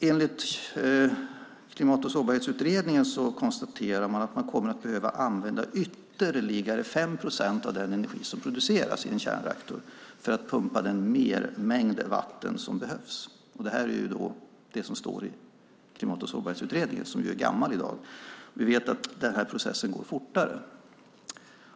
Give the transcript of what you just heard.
Enligt Klimat och sårbarhetsutredningen kommer man att behöva använda ytterligare 5 procent av den energi som produceras i en kärnreaktor för att pumpa den mermängd vatten som behövs. Det här står i Klimat och sårbarhetsutredningens betänkande. Den utredningen är i dag gammal. Samtidigt vet vi att den här processen går fortare.